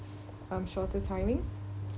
um shorter timing